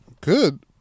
Good